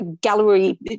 gallery